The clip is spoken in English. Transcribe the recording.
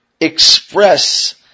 express